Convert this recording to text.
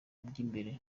by’imbere